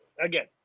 again